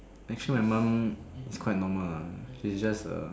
actually my mum is quite normal ah she's just err